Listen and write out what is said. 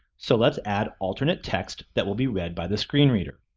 so let's add alternate text that will be read by the screen reader.